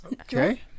okay